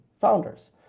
founders